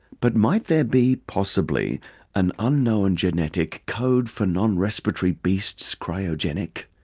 but might there be possibly an unknown geneticcode for non-respiratory beasts cryogenic?